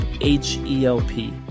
H-E-L-P